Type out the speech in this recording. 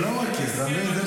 הוא לא מכיר, אתה מבין?